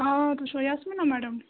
آ تُہۍ چھِوا یاسمیٖنہ میڈَم